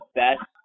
best